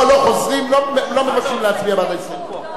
לא: לא חוזרים, לא מבקשים להצביע בעד ההסתייגות.